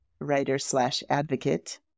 writer-slash-advocate